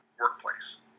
workplace